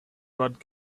bought